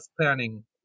planning